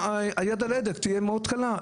היד על ההדק תהיה מאוד קלה.